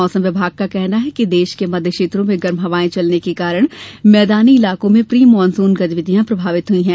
मौसम विभाग का कहना है कि देश के मध्य क्षेत्रों में गर्म हवाएं चलने के कारण मैदानी इलाकों में प्री मानसून गतिविधियां प्रभावित हुई हैं